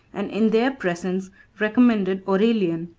and in their presence recommended aurelian,